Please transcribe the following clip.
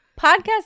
Podcast